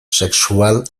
sexual